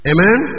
Amen